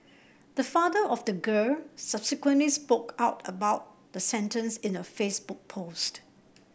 the father of the girl subsequently spoke out about the sentence in a Facebook post